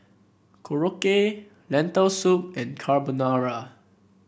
Korokke Lentil Soup and Carbonara